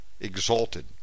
exalted